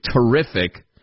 terrific